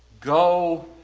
Go